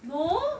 no